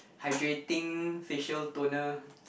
hydrating facial toner